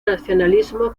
nacionalismo